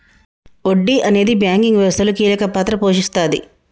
వడ్డీ అనేది బ్యాంకింగ్ వ్యవస్థలో కీలక పాత్ర పోషిస్తాది